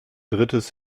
drittes